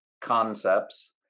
concepts